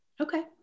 Okay